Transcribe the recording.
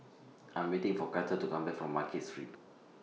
I'm waiting For Cato to Come Back from Market Street